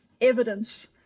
evidence